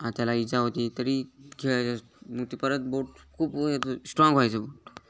आ त्याला इजा होती तरी खेळाय मग तर परत बोट खूप स्ट्राँग व्हायचं बोट